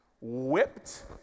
whipped